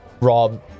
rob